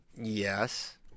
yes